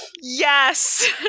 Yes